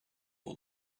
will